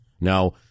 Now